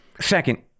Second